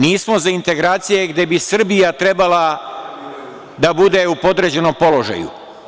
Nismo za integracije gde bi Srbija trebala da bude u podređenom položaju.